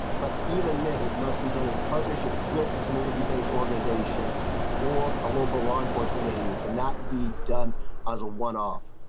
but even then it must be done in partnership with a community-based organization or a local law enforcement and he he cannot be done a one off.